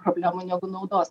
problemų negu naudos